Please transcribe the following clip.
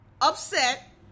upset